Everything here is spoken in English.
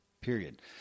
period